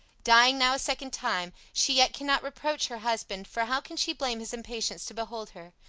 dying now a second time, she yet cannot reproach her husband, for how can she blame his impatience to behold her?